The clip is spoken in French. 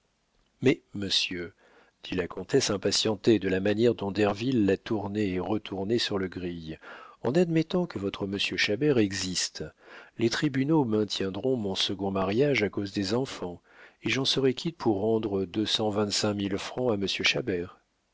mais monsieur dit la comtesse impatientée de la manière dont derville la tournait et retournait sur le gril en admettant que votre monsieur chabert existe les tribunaux maintiendront mon second mariage à cause des enfants et j'en serai quitte pour rendre deux cent vingt-cinq mille francs à